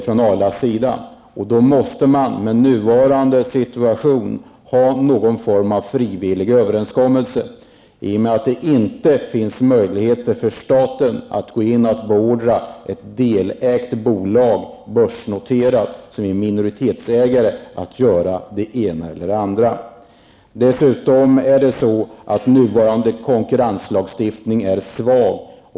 I den situationen krävs det någon form av frivillig överenskommelse, i och med att det inte finns möjlighet för staten att som minoritetsägare i ett delägt bolag gå in och beordra bolaget, som är börsnoterat, att göra det ena eller andra. Dessutom är nuvarande konkurrenslagstiftning svag.